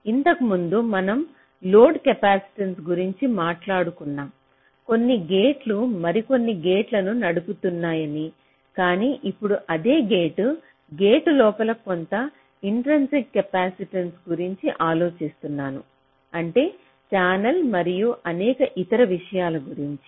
ఇంతకుముందు మనం load capacitance గురించి మాట్లాడుకున్నాం కొన్ని గేట్లు మరికొన్ని గేటును నడుపుతున్నాయి కాని ఇప్పుడు అదే గేట్ గేట్ లోపల కొంత ఇంట్రెన్సిక్ కెపాసిటెన్స్ గురించి ఆలోచిస్తున్నాను అంటే ఛానల్ మరియు అనేక ఇతర విషయాల గురించి